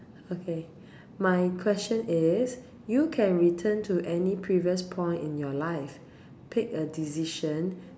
okay my question is you can return to any previous point in your life pick a decision